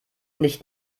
nicht